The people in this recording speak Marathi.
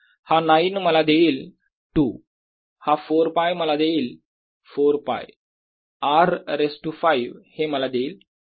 हा 9 मला देईल 2 हा 4ㄫ मला देईल 4ㄫ R रेज टू 5 हे मला देईल R